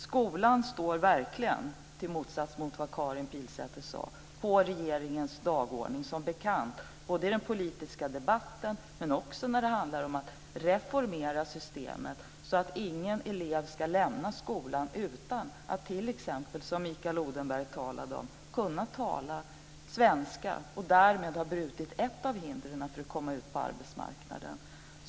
Skolan står verkligen som bekant, i motsats till vad Karin Pilsäter sade, på regeringens dagordning, både i den politiska debatten och när det handlar om att reformera systemet, så att ingen elev ska lämna skolan utan att t.ex., som Mikael Odenberg talade om, kunna tala svenska och därmed ha tagit bort ett av hindren för att komma ut på arbetsmarknaden.